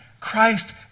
Christ